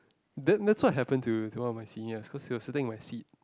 that that's what happened to to one of my seniors cause he was sitting on my seat